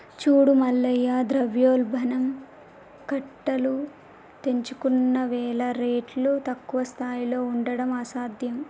చూడు మల్లయ్య ద్రవ్యోల్బణం కట్టలు తెంచుకున్నవేల రేట్లు తక్కువ స్థాయిలో ఉండడం అసాధ్యం